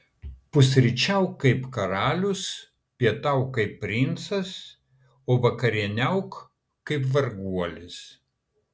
pusryčiauk kaip karalius pietauk kaip princas o vakarieniauk kaip varguolis